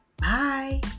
Bye